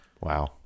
Wow